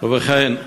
ובכן,